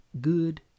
good